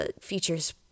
features